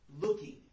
looking